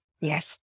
Yes